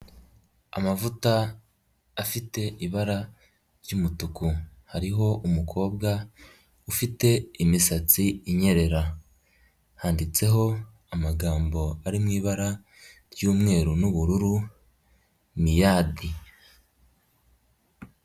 Amavuta afite ibara ry'umutuku, hariho umukobwa ufite imisatsi inyerera, handitseho amagambo ari mu ibara ry'umweru n'ubururu Miyadi.